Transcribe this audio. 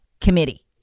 Committee